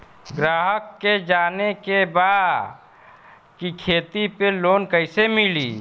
ग्राहक के जाने के बा की खेती पे लोन कैसे मीली?